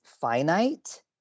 finite